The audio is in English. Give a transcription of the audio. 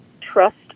trust